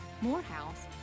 Morehouse